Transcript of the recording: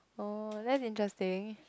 oh that's interesting